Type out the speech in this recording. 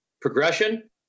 progression